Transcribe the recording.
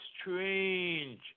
strange